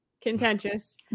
contentious